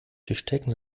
tischdecken